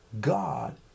God